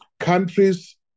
countries